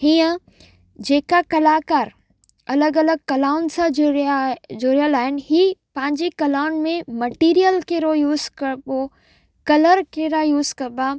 हीअ जेका कलाकार अलॻि अलॻि कलाउनि सां जुड़िया जुड़ियल आहिनि हीअ पंहिंजी कलाउनि में मटीरियल कहिड़ो यूज़ करबो कलर कहिड़ा यूज़ कबा